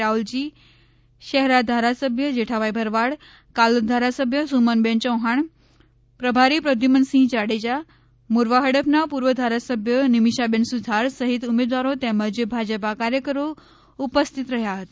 રાઉલજી શહેરા ધારાસભ્ય જેઠાભાઈ ભરવાડ કાલોલ ધારાસભ્ય સુમનબેન ચૌહાણ પ્રભારી પ્રધ્યુમનસિંહ જાડેજા મોરવાહડફના પુર્વ ધારાસભ્ય નિમીષાબેન સુથાર સહિત ઉમેદવારો તેમજ ભાજપા કાર્યકરો ઉપસ્થિત રહ્યા હતા